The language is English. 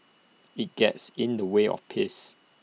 IT gets in the way of peace